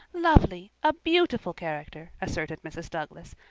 lovely! a beautiful character, assented mrs. douglas.